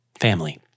family